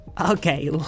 Okay